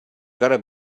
gotta